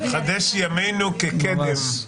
חדש ימנו כקדם.